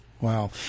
Wow